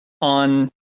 on